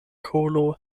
kolo